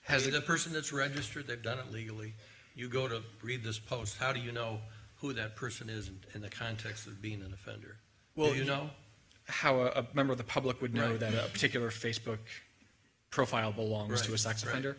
has a person that's registered they've done it legally you go to read this post how do you know who that person is and in the context of being an offender well you know how a member of the public would know that particular facebook profile belongs to a sex